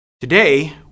Today